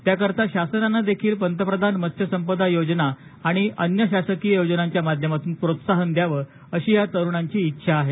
त्याकरिता शासनाने देखील पंतप्रधान मत्स्य संपदा योजना आणि अन्य शासकीय योजनांच्या माध्यमातून प्रोत्साहन द्यावं अशी या तरुणांची डेछा आहे